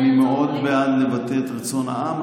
אני מאוד בעד לבטא את רצון העם.